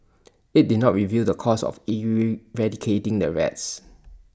IT did not reveal the cost of eradicating the rats